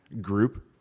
group